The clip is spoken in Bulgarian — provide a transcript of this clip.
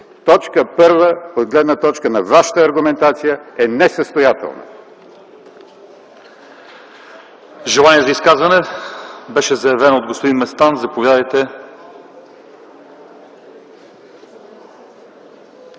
Точка 1 от гледна точка на вашата аргументация е несъстоятелна.